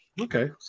Okay